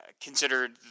considered